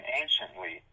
anciently